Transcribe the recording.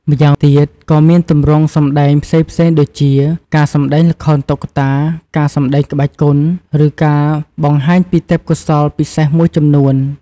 ម្យ៉ាងទៀត ក៏មានទម្រង់សម្ដែងផ្សេងៗដូចជា ការសម្ដែងល្ខោនតុក្កតា ការសម្ដែងក្បាច់គុន ឬការបង្ហាញពីទេពកោសល្យពិសេសមួយចំនួន។